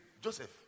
Joseph